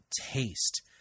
taste